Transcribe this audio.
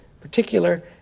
particular